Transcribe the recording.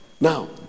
now